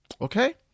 okay